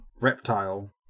reptile